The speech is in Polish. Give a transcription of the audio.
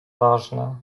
ważne